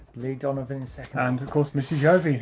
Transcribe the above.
leigh donovan in second. and of course, missy giove, a